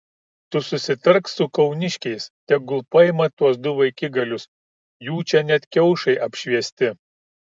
tu susitark su kauniškiais tegul paima tuos du vaikigalius jų čia net kiaušai apšviesti